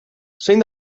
zein